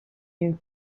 you